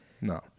No